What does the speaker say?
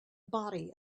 body